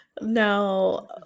now